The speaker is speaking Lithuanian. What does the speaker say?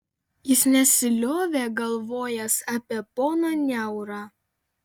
jis nesiliovė galvojęs apie poną niaurą